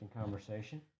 conversation